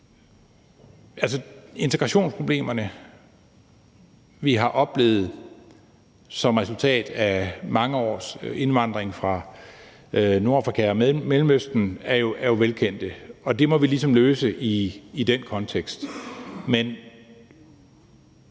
Integrationsproblemerne, vi har oplevet som resultat af mange års indvandring fra Nordafrika og Mellemøsten, er jo velkendte, og det må vi ligesom løse i den kontekst.